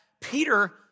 Peter